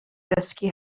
ddysgu